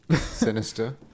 Sinister